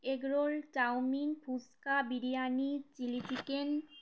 egg roll chowmein phuchka biryani chilli chicken